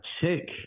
chick